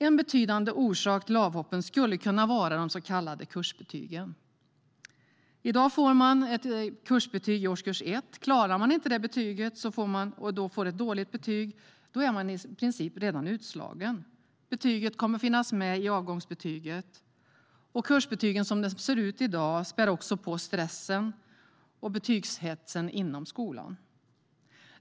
En betydande orsak till avhoppen skulle kunna vara de så kallade kursbetygen. I dag får man ett kursbetyg i årskurs 1. Klarar man inte kursen och får ett dåligt betyg är man i princip redan utslagen. Betyget kommer att finnas med i avgångsbetyget, och kursbetygen så som de är utformade i dag spär också på stressen och betygshetsen inom skolan.